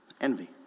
envy